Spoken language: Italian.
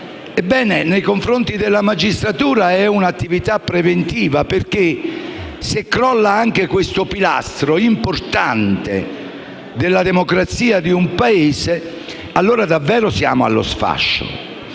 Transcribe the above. Ebbene, nei confronti della magistratura è un'attività preventiva. Se crolla anche questo pilastro importante della democrazia di un Paese, allora davvero siamo allo sfascio.